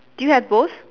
do you have both